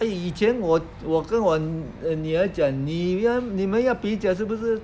eh 以前我我跟我女儿讲你你们要比较是不是